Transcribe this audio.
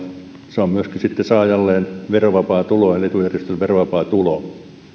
se on myöskin saajalleen verovapaa tulo eli etujärjestölle verovapaa tulo no